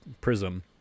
Prism